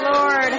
Lord